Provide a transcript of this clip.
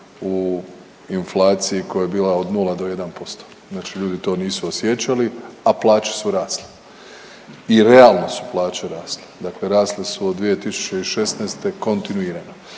u inflaciji koja je bila od 0 do 1%, znači ljudi to nisu osjećali, a plaće su rasle i realno su plaće rasle, dakle rasle su od 2016. kontinuirano.